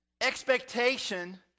expectation